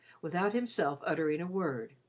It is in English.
without himself uttering a word,